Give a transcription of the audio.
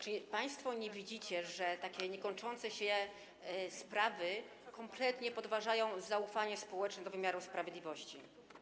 Czy państwo nie widzicie, że takie niekończące się sprawy kompletnie podważają zaufanie społeczne do wymiaru sprawiedliwości?